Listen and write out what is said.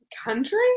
Country